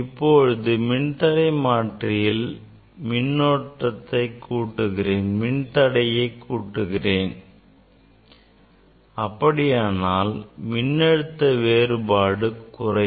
இப்போது நான் மின்தடை மாற்றியில் மின்தடையை கூட்டுகிறேன் அப்படியானால் மின்னழுத்த வேறுபாடு குறையும்